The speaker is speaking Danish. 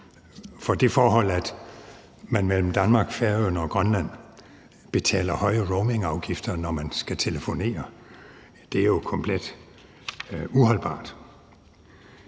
For det forhold, at man mellem Danmark, Færøerne og Grønland betaler høje roamingafgifter, når man skal telefonere, er jo komplet uholdbart.